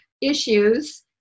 issues